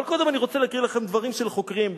אבל קודם אני רוצה להקריא לכם דברים של חוקרים,